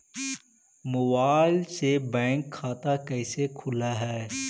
Mobile से bank खाता कैसे खुल है?